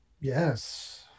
yes